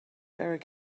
erik